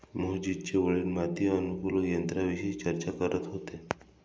मोहजितचे वडील माती अनुकूलक यंत्राविषयी चर्चा करत होते